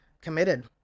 committed